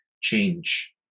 change